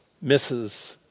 Misses